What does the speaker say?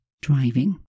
driving